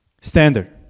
standard